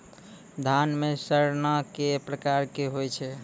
धान म सड़ना कै प्रकार के होय छै?